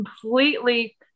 completely